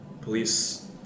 police